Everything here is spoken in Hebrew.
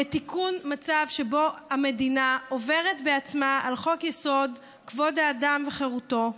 ותיקון מצב שבו המדינה עוברת בעצמה על חוק-יסוד: כבוד האדם וחירותו.